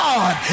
God